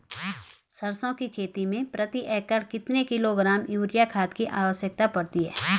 सरसों की खेती में प्रति एकड़ कितने किलोग्राम यूरिया खाद की आवश्यकता पड़ती है?